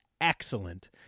excellent